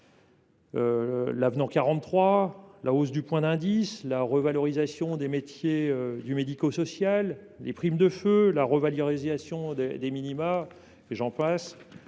l’avenant 43, la hausse du point d’indice, la revalorisation des métiers du médico social, les primes de feu, la revalorisation des minima sociaux,